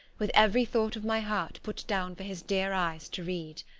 with every thought of my heart put down for his dear eyes to read.